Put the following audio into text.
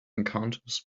encounters